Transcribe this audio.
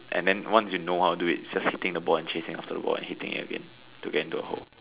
and then once you know how to do it it's just hitting the ball and chasing after the ball and hitting it again to get it into the hole